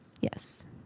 Yes